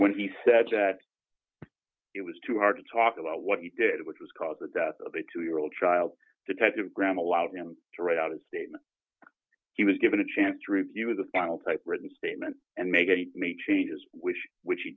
when he said that it was too hard to talk about what he did which was cause the death of a two year old child detective graham allowed him to write out a statement he was given a chance to review the final typewritten statement and make any changes with which he